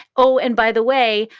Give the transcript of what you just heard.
oh, and by the way,